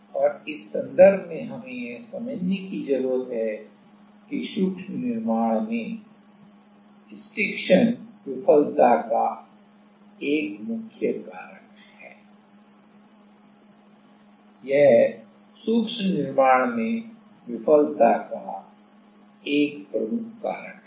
और इस संदर्भ में हमें यह समझने की जरूरत है कि सूक्ष्म निर्माण में स्टिक्शन विफलता का एक मुख्य कारक है यह सूक्ष्म निर्माण में विफलता एक प्रमुख कारक है